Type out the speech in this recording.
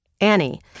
Annie